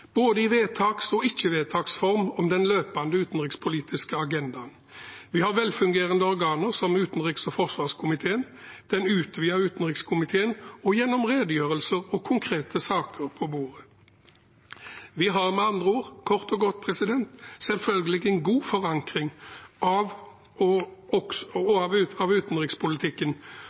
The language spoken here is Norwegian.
både i vedtaks og ikke vedtaks form, om den løpende utenrikspolitiske agendaen. Vi har velfungerende organer som utenriks- og forsvarskomiteen, den utvidete utenriks- og forsvarskomité og gjennom redegjørelser og konkrete saker på bordet. Vi har med andre ord kort og godt selvfølgelig en god forankring av utenrikspolitikken. Vi bør heller bruke tid og